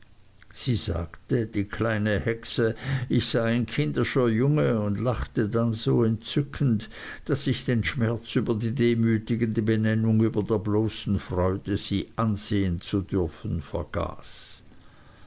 sie sagte die kleine hexe ich sei ein kindischer junge und lachte dann so entzückend daß ich den schmerz über die demütigende benennung über der bloßen freude sie ansehen zu dürfen vergaß